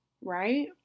right